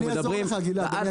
אני אעזור לך, גלעד, אני אגיד.